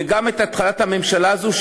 וגם את התחלת הממשלה הזו,